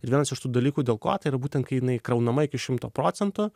ir vienas iš tų dalykų dėl ko tai yra būtent kai jinai kraunama iki šimto procentų